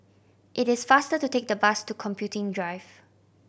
it is faster to take the bus to Computing Drive